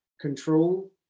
control